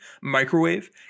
microwave